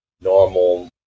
normal